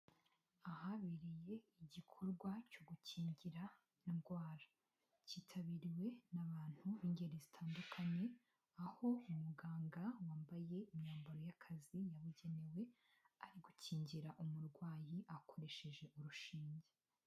Ahabereye igikorwa cyo gukingira indwara, cyitabiriwe n'abantu b'ingeri zitandukanye aho umuganga wambaye imyambaro y'akazi yabugenewe ari gukingira umurwayi akoresheje urushinge.